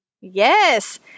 Yes